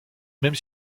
même